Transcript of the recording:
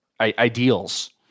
ideals